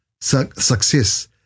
success